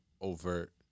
overt